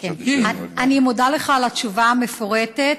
אני מודה לך על התשובה המפורטת.